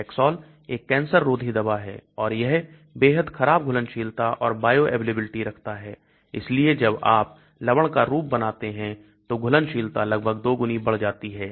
Taxol एक cancer रोधी दवा है और यह बेहद खराब घुलनशीलता और बायोअवेलेबिलिटी रखता है इसलिए जब आप लवण का रूप बनाते हैं तो घुलनशीलता लगभग दोगुनी बढ़ जाती है